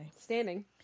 Standing